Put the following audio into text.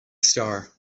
star